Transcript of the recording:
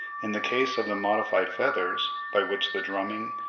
in the case of the modified feathers, by which the drumming,